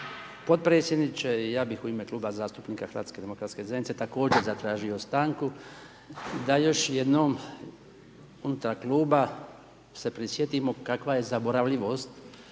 potpredsjedniče i ja bih u ime Kluba zastupnika HDZ-a također zatražio stanku da još jednom unutar kluba se prisjetimo kakva je zaboravljivost